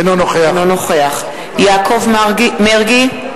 אינו נוכח יעקב מרגי,